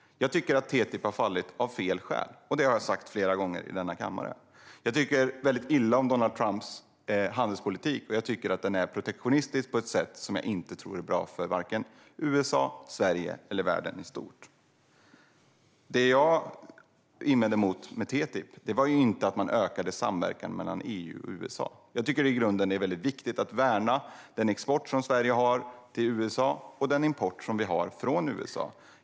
Jag tycker att TTIP har fallit av fel skäl, och det har jag sagt flera gånger i denna kammare. Jag tycker väldigt illa om Donald Trumps handelspolitik. Jag tycker att den är protektionistisk på ett sätt som jag inte tror är bra för vare sig USA, Sverige eller världen i stort. Det jag invände mot med TTIP var inte att man ökade samverkan mellan EU och USA. Jag tycker i grunden att det är viktigt att värna den export som Sverige har till USA och den import som vi har från USA.